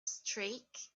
streak